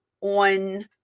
on